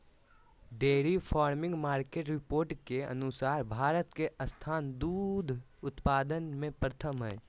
dairy farming market report के अनुसार भारत के स्थान दूध उत्पादन में प्रथम हय